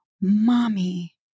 mommy